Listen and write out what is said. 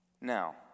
Now